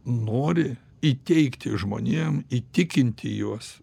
nori įteigti žmonėm įtikinti juos